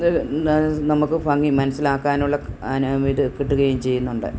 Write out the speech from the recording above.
നമുക്ക് ഭംഗി മനസ്സിലാക്കാനുള്ള പിന്നെ ഇത് കിട്ടുകയും ചെയ്യുന്നൊണ്ട്